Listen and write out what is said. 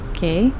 Okay